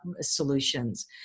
solutions